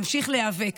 להמשיך להיאבק,